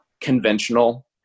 conventional